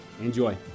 Enjoy